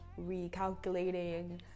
recalculating